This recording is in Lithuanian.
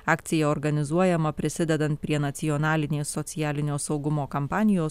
akcija organizuojama prisidedan prie nacionalinės socialinio saugumo kampanijos